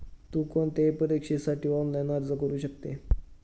तु कोणत्याही परीक्षेसाठी ऑनलाइन अर्ज करू शकते